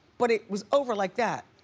but it was over like that.